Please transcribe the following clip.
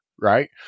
Right